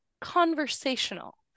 conversational